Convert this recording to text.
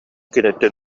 киниттэн